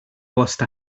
bost